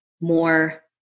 more